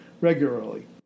regularly